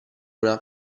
una